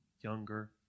younger